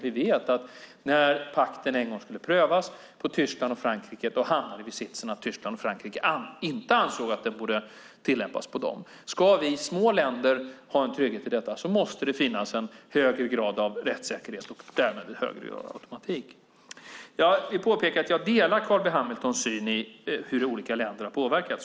Vi vet att när pakten en gång skulle prövas på Tyskland och Frankrike så hamnade vi i sitsen att Tyskland och Frankrike inte ansåg att pakten borde tillämpas på dem. Ska vi små länder ha en trygghet i detta måste det finnas en högre grad av rättssäkerhet och därmed en högre grad av automatik. Jag vill påpeka att jag delar Carl B Hamiltons syn när det gäller hur olika länder har påverkats.